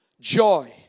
joy